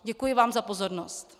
Děkuji vám za pozornost.